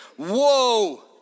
Whoa